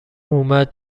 اومد